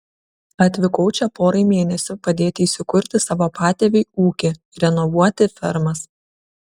atvykau čia porai mėnesių padėti įsikurti savo patėviui ūkį renovuoti fermas